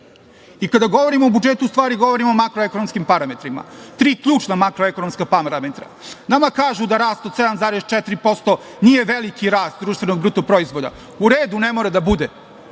govorimo o budžetu u stvari govorimo o makroekonomskim parametrima. Tri ključna makroekonomska parametra – nama kažu da rast od 7,4% nije veliki rast BDP. U redu, ne mora da bude,